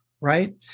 right